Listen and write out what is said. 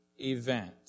event